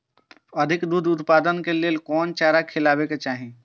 अधिक दूध उत्पादन के लेल कोन चारा खिलाना चाही?